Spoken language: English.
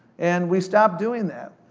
and we stopped doing that.